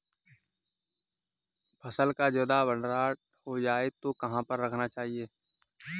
फसल का ज्यादा भंडारण हो जाए तो कहाँ पर रखना चाहिए?